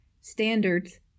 standards